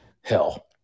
hell